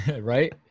Right